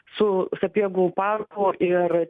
su sapiegų parku ir